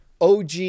OG